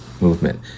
movement